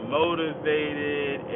motivated